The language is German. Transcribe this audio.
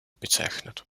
bezeichnet